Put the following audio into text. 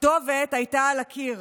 הכתובת הייתה על הקיר,